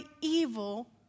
evil